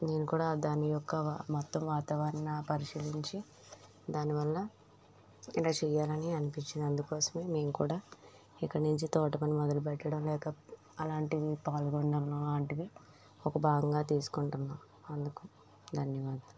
నేను కూడ దాన్ని యొక్క మొత్తం వాతావరణ పరిశీలించి దానివల్ల ఇలా చేయాలని అనిపించింది అందుకోసమే నేను కూడా ఇకనుంచి తోటపని మొదలు పెట్టడం లేక అలాంటివి పాల్గొనడం లాంటివి ఒక భాగంగా తీసుకుంటున్నా అందుకు ధన్యవాదాలు